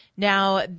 Now